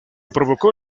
provocó